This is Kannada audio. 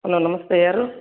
ಹಲೋ ನಮಸ್ತೆ ಯಾರು